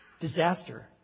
disaster